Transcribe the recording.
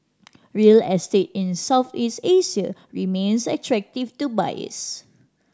real estate in Southeast Asia remains attractive to buyers